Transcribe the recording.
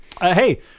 Hey